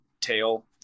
tail